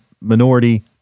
Minority